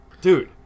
Dude